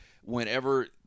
whenever